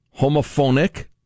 homophonic